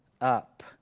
up